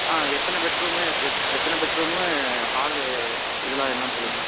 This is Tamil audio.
ஆ எத்தனை பெட்ரூமு எத் எத் எத்தனை பெட்ரூமு ஹாலு இதெல்லாம் என்னென்னு சொல்லுங்கம்மா